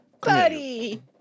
Buddy